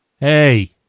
Hey